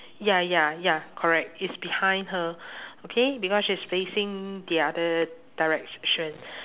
ya ya ya correct it's behind her okay because she is facing the other direction